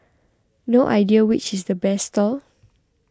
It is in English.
no idea which is the best stall